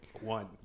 One